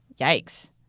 Yikes